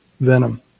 venom